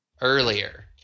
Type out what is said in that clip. earlier